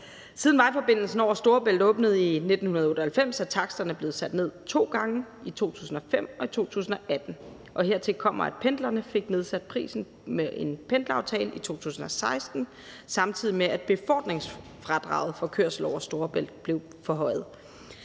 Siden vejforbindelsen over Storebælt åbnede i 1998, er taksterne blevet sat ned to gange, i 2005 og i 2018. Hertil kommer, at pendlerne fik nedsat prisen med en pendleraftale i 2016, samtidig med at befordringsfradraget for kørsel over Storebælt blev forhøjet.